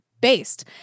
based